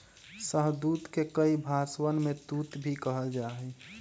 शहतूत के कई भषवन में तूत भी कहल जाहई